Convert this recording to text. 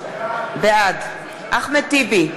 בעד אחמד טיבי,